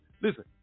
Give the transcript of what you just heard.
listen